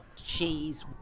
jeez